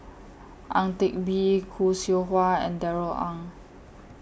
Ang Teck Bee Khoo Seow Hwa and Darrell Ang